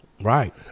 Right